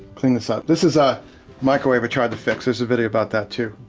clean this up. this is a microwave i tried to fix. there's a video about that too.